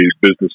business